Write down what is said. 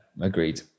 agreed